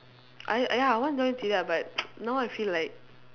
I ya I want join silat but now I feel like